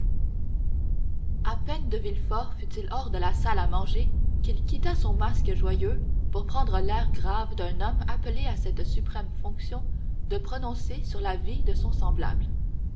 à peine de villefort fut-il hors de la salle à manger qu'il quitta son masque joyeux pour prendre l'air grave d'un homme appelé à cette suprême fonction de prononcer sur la vie de son semblable